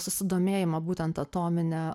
susidomėjimą būtent atomine